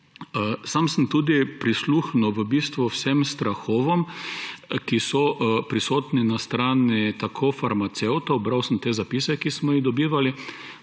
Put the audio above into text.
Sam sem tudi prisluhnil v bistvu vsem strahovom, ki so prisotni na strani farmacevtov – bral sem te zapise, ki smo jih dobivali.